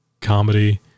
comedy